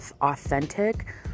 authentic